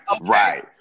Right